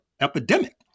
epidemic